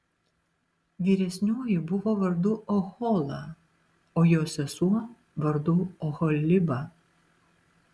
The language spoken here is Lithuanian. vyresnioji buvo vardu ohola o jos sesuo vardu oholiba